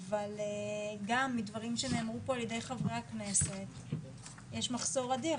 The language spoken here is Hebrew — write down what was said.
אבל גם מדברים שנאמרו פה על ידי חברי הכנסת יש מחסור אדיר.